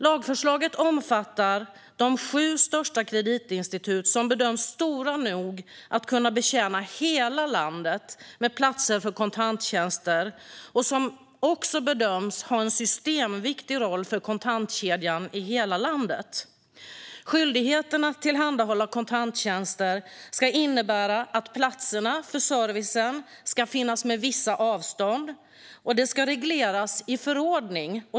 Lagförslaget omfattar de sex största kreditinstitut som bedöms stora nog att kunna betjäna hela landet med platser för kontanttjänster och som bedöms ha en systemviktig roll för kontantkedjan i hela landet. Skyldigheten att tillhandahålla kontanttjänster ska innebära att platserna för servicen ska finnas med vissa avstånd, och det ska regleras i förordning.